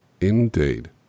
Indeed